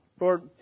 Lord